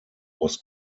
was